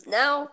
now